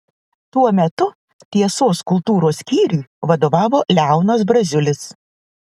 tuo metu tiesos kultūros skyriui vadovavo leonas braziulis